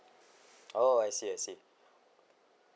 oh I see I see